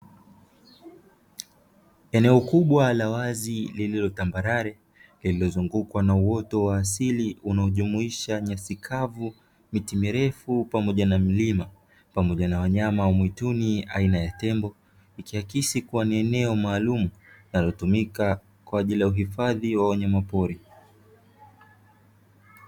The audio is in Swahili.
Eneo kubwa la wazi lililotambalale lililozungukwa na uoto wa asili unaojumuisha nyasi kavu, miti mirefu pamoja na milima pamoja na wanyama wa mwituni aina ya tembo; ikiakisi kuwa ni eneo maalumu linalotumika kwa ajili ya uhifadhi wa wanyama pori.